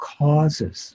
causes